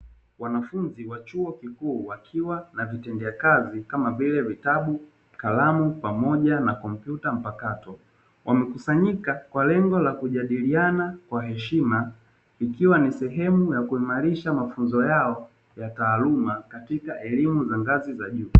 Wanafunzi wa chuo kikuu wakiwa na vitendea kazi kama vile vitabu, kalamu pamoja na kompyuta mpakato, wamekusanyika kwa lengo la kujadiliana kwa heshima ikiwa ni sehemu ya kuimarisha mafunzo yao ya taaluma katika elimu za ngazi za juu.